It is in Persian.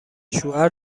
شوهر